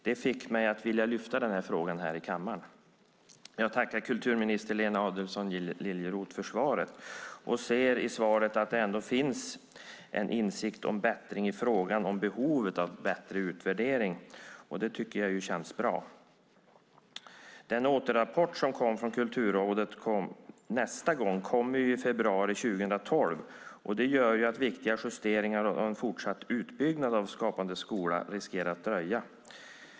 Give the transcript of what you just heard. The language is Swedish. Det fick mig att vilja lyfta fram den här frågan i kammaren. Jag tackar kulturminister Lena Adelsohn Liljeroth för svaret och ser i svaret att det ändå finns en insikt om bättring i frågan när det gäller behovet av bättre utvärdering. Det tycker jag känns bra. Nästa återrapport från Kulturrådet kommer i februari 2012. Det gör att viktiga justeringar och en fortsatt utbyggnad av Skapande skola riskerar att dröja.